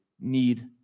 need